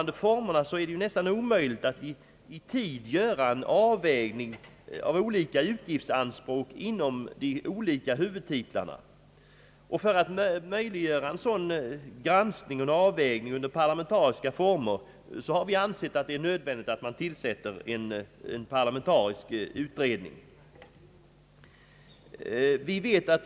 Det är nästan omöjligt att i tid göra en avvägning av olika utgiftsanspråk inom huvudtitlarna. För att möjliggöra en sådan granskning och en avvägning under parlamentariska former har vi ansett det vara nödvändigt att tillsätta en parlamentarisk utredning.